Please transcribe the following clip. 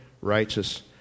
righteous